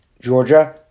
Georgia